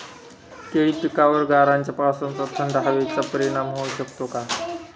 केळी पिकावर गाराच्या पावसाचा, थंड हवेचा परिणाम होऊ शकतो का?